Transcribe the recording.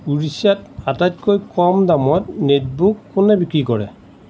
উৰিষ্যাত আটাইতকৈ কম দামত নেটবুক কোনে বিক্ৰী কৰে